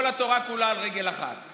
כל התורה כולה על רגל אחת.